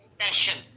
passion